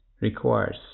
requires